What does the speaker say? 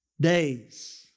days